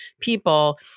people